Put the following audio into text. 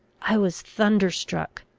i was thunderstruck.